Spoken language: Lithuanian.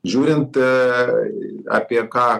žiūrint apie ką